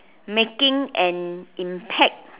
making an impact